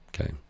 okay